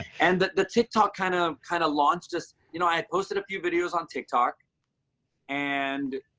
and the the tiktok kind of kind of launched just you know, i had posted a few videos on tiktok and